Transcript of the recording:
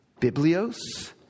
Biblios